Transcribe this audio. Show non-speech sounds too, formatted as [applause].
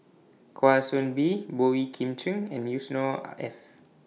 Kwa Soon Bee Boey Kim Cheng and Yusnor [hesitation] Ef